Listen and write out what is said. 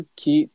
que